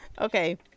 Okay